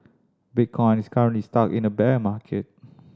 bitcoin is currently stuck in a bear market